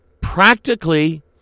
practically